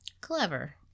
Clever